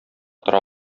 тора